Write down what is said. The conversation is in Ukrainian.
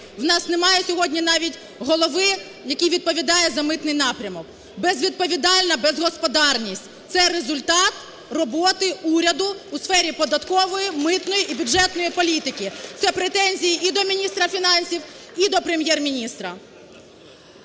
в нас немає сьогодні навіть голови, який відповідає за митний напрямок. Безвідповідальна безгосподарність - це результат роботи уряду у сфері податкової, митної і бюджетної політики. Це претензії і до міністра фінансів, і до Прем'єр-міністра.